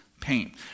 pain